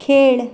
खेळ